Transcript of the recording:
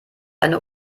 eine